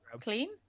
clean